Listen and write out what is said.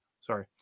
Sorry